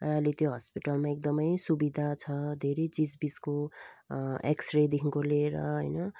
र अहिले त्यो हस्पिटलमा एकदमै सुविधा छ धेरै चिजबिजको एक्सरेदेखिको लिएर होइन